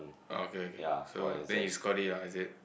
oh okay okay so then you score it ah is it